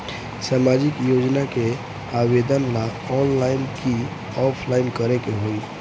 सामाजिक योजना के आवेदन ला ऑनलाइन कि ऑफलाइन करे के होई?